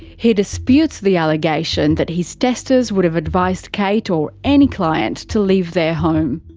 he disputes the allegation that his testers would have advised kate or any client to leave their home.